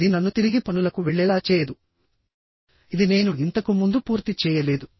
ఇది నన్ను తిరిగి పనులకు వెళ్ళేలా చేయదుఇది నేను ఇంతకు ముందు పూర్తి చేయలేదు